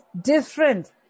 different